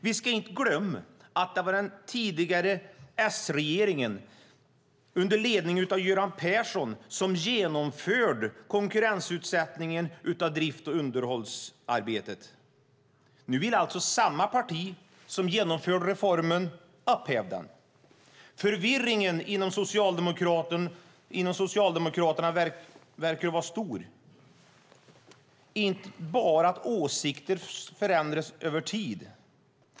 Vi ska inte glömma att det var den tidigare S-regeringen under ledning av Göran Persson som genomförde konkurrensutsättningen av drift och underhållsarbetet. Nu vill alltså samma parti som genomförde reformen upphäva den. Förvirringen inom Socialdemokraterna verkar stor, men inte bara i att åsikter förändras över tid.